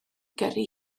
gyrru